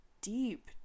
deep